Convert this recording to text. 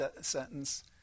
sentence